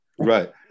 Right